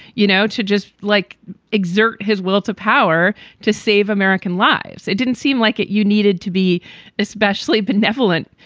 you know, to just. like exert his will to power to save american lives. it didn't seem like it, you needed to be especially benevolent.